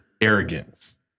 arrogance